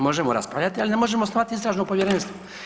Možemo raspravljati ali ne možemo osnivati istražno povjerenstvo.